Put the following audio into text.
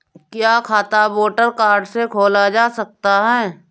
क्या खाता voter card से खोला जा सकता है?